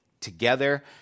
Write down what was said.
together